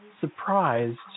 surprised